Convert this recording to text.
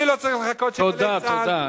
אני לא צריך לחכות ש"גלי צה"ל" תודה, תודה.